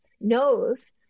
knows